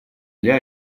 для